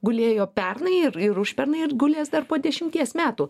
gulėjo pernai ir ir užpernai ir gulės dar po dešimties metų